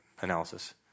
analysis